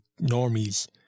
normies